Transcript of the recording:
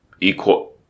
equal